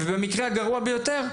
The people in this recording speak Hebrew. ובמקרה הגרוע ביותר,